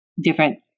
different